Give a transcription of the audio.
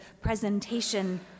presentation